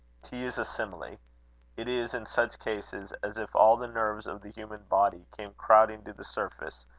to use a simile it is, in such cases, as if all the nerves of the human body came crowding to the surface,